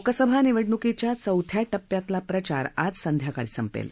लोकसभा निवडणुकीच्या चौथ्या टप्प्यातला प्रचार आज संध्याकाळी संपेल